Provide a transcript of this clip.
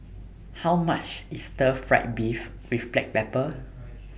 How much IS Stir Fried Beef with Black Pepper